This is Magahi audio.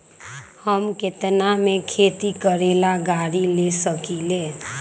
हम केतना में खेती करेला गाड़ी ले सकींले?